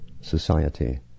society